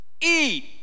eat